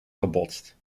gebotst